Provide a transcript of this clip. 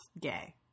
gay